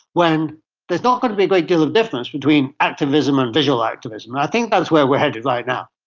when there is not going to be a great deal of difference between activism and visual activism, and i think that's where we are headed right now.